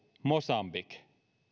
mosambik